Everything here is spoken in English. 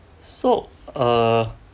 so err